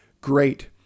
great